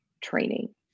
training